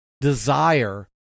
desire